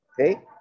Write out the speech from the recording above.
okay